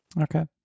okay